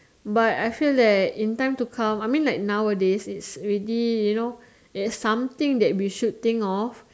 but I feel that in time to come I mean like nowadays it's already you know it's something that we should think of